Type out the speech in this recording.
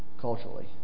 culturally